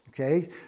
Okay